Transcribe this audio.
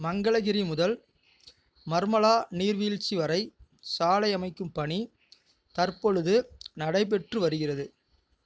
மங்களகிரி முதல் மர்மலா நீர்வீழ்ச்சி வரை சாலை அமைக்கும் பணி தற்பொழுது நடைபெற்று வருகிறது